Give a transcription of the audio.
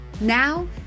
Now